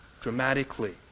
dramatically